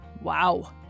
Wow